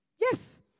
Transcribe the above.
Yes